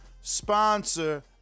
sponsor